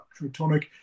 Trutonic